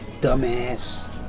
Dumbass